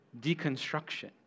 deconstruction